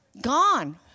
Gone